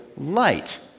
Light